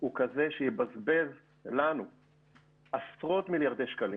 הוא כזה שיבזבז לנו עשרות מיליארדי שקלים,